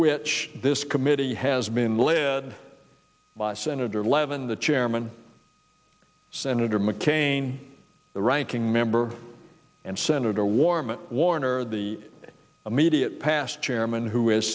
which this committee has been led by senator levin the chairman senator mccain the ranking member and senator warman warner the immediate past chairman who